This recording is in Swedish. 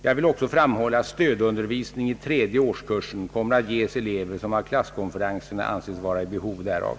Jag vill också framhålla att stödundervisning i tredje årskursen kommer att ges elever som av klasskonferenserna anses vara i behov därav.